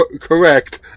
correct